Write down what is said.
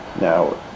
Now